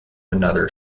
another